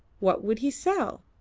what would he sell?